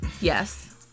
yes